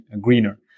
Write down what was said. greener